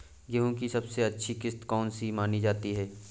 गेहूँ की सबसे अच्छी किश्त कौन सी मानी जाती है?